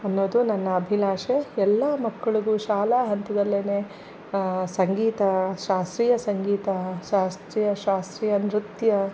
ಅನ್ನೋದು ನನ್ನ ಅಭಿಲಾಷೆ ಎಲ್ಲ ಮಕ್ಕಳಿಗೂ ಶಾಲಾ ಹಂತದಲ್ಲೇನೆ ಸಂಗೀತ ಶಾಸ್ರೀಯ ಸಂಗೀತ ಶಾಸ್ತ್ರೀಯ ಶಾಸ್ರೀಯ ನೃತ್ಯ